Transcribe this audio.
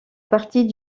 partie